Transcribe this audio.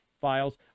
files